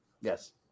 yes